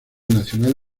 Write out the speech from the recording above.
nacional